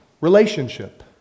relationship